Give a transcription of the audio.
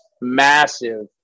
massive